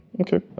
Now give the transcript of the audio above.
Okay